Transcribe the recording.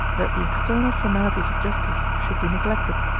that the external formalities of justice should be neglected,